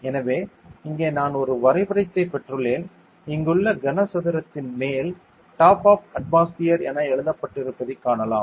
எனவே இங்கே நான் ஒரு வரைபடத்தைப் பெற்றுள்ளேன் இங்குள்ள கன சதுரத்தின் மேல் டாப் ஆப் அட்மாஸ்பியர் என்ன எழுதப்பட்டிருப்பதைக் காணலாம்